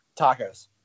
tacos